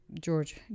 George